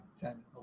ten